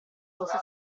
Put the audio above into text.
fosse